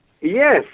Yes